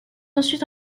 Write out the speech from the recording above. ensuite